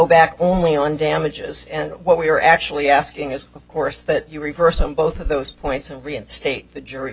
back only on damages and what we're actually asking is of course that you reversed on both of those points and reinstate the jury